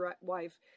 Wife